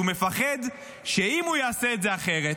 הוא מפחד שאם הוא יעשה את זה אחרת,